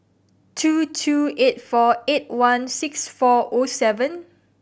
two two eight four eight one six four O seven